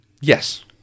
Yes